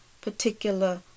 particular